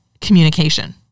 communication